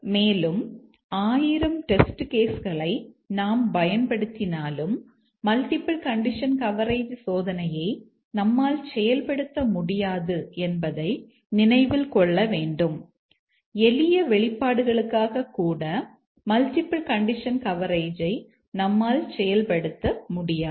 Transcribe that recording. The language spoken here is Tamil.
மேலும் 1000 டெஸ்ட் கேஸ் களை நாம் பயன்படுத்தினாலும் மல்டிபிள் கண்டிஷன் கவரேஜ் சோதனையை நம்மால் செயல்படுத்த முடியாது என்பதை நினைவில் கொள்ள வேண்டும் எளிய வெளிப்பாடுகளுக்காக கூட மல்டிபிள் கண்டிஷன் கவரேஜை நம்மால் செயல்படுத்த முடியாது